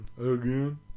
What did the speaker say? Again